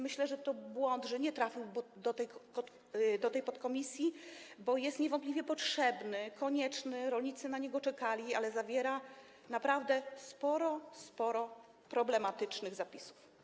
Myślę, że to błąd, że nie trafił do tej podkomisji, bo jest on niewątpliwie potrzebny, konieczny, rolnicy na niego czekali, ale zawiera naprawdę sporo problematycznych zapisów.